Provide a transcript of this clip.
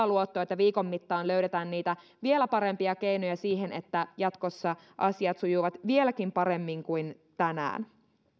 luotto että viikon mittaan löydetään niitä vielä parempia keinoja siihen että jatkossa asiat sujuvat vieläkin paremmin kuin tänään